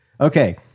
Okay